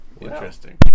Interesting